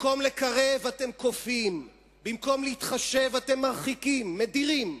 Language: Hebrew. במקום לקרב, אתם כופים, במקום להתחשב, אתם מדירים.